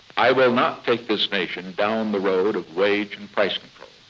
i will not take this nation down the road of wage and price controls,